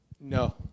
No